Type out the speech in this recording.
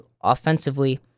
offensively